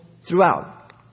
throughout